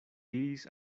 diris